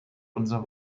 unser